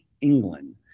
England